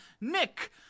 Nick